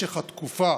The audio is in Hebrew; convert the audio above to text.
משך התקופה